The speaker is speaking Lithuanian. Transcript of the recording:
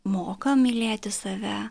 moka mylėti save